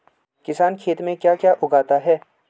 किसान खेत में क्या क्या उगाता है?